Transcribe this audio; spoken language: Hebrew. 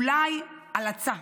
אולי הלצה,